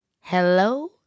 Hello